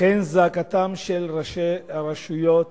אכן זעקתם של ראשי הרשויות